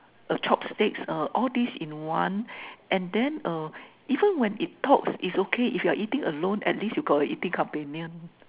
a chopsticks uh all this in one and then uh even when it talks it's okay if you are eating alone and list you call a eating companion